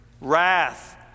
wrath